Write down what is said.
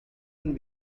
and